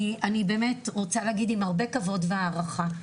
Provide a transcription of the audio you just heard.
אני באמת רוצה להגיד עם הרבה כבוד והערכה,